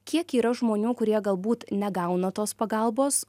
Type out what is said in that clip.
kiek yra žmonių kurie galbūt negauna tos pagalbos